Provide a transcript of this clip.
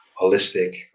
holistic